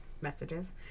messages